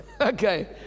Okay